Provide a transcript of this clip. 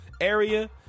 area